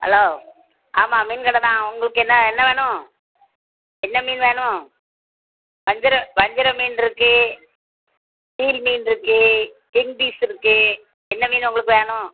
hello ஆமாம் மீன் கடை தான் உங்களுக்கு என்ன என்ன வேணும் என்ன மீன் வேணும் வஞ்சரம் வஞ்சரம் மீன் இருக்குது சீர் மீன் இருக்குது கிங் ஃபிஷ் இருக்குது என்ன மீன் உங்களுக்கு வேணும்